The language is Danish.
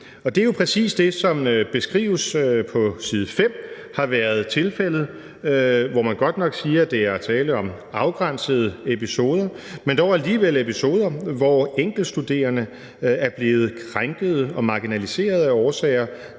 Det er jo præcis det, som beskrives på side 5, og som har været tilfældet. Man siger godt nok, at der er tale om afgrænsede episoder, men dog alligevel episoder, hvor enkeltstuderende er blevet krænket og marginaliseret af årsager,